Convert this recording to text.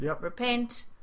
Repent